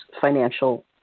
financial